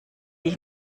die